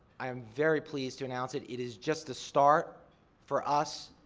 i'm very pleased to announce it. it is just a start for us,